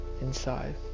inside